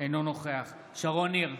אינו נוכח שרון ניר,